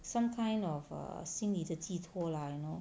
some kind of err 心里的寄托 lah you know